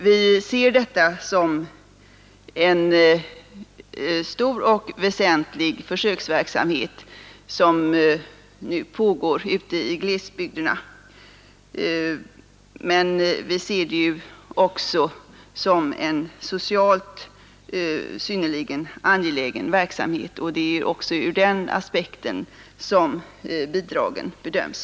Det är en från försökssynpunkt stor och väsentlig verksamhet som nu pågår ute i glesbygderna. Men vi ser den dessutom som en socialt synnerligen angelägen verksamhet, och det är också ur den aspekten som bidragen bedöms.